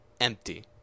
empty